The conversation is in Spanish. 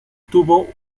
tuvo